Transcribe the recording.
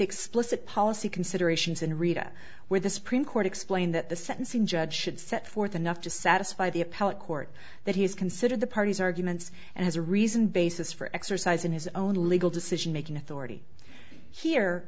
explicit policy considerations in rita where the supreme court explained that the sentencing judge should set forth enough to satisfy the appellate court that he has considered the parties arguments and has a reason basis for exercising his own legal decision making authority here